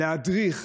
להדריך,